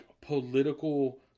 political